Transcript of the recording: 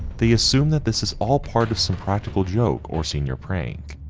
they assume that this is all part of some practical joke or senior prank.